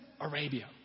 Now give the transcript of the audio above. Arabia